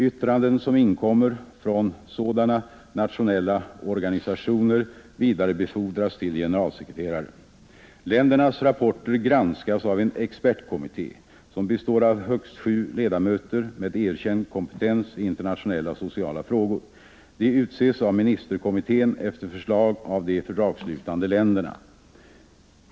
Yttranden som inkommer från sådana nationella organisationer vidarebefordras till generalsekreteraren. Ländernas rapporter granskas av en expertkommitté, som består av högst sju ledamöter med erkänd kompetens i internationella sociala frågor. De utses av ministerkommittén efter förslag av de fördragsslutande länderna.